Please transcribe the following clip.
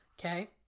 okay